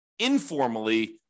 informally